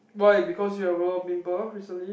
why because you have a lot of pimple recently